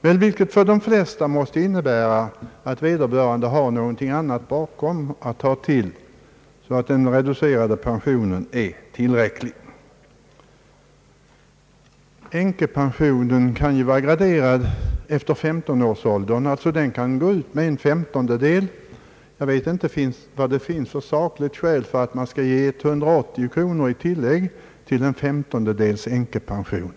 Detta måste för de flesta innebära att vederbörande har något annat bakom att ta till när inte den reducerade pensionen är tillräcklig. Änkepension kan ju utgå med en femtondel. Jag vet inte vad det finns för sakligt skäl till att man skall ge 180 kronor i tillägg till en femtondels änkepension.